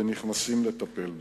ונכנסים לטפל בו.